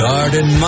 Garden